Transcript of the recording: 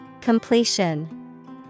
Completion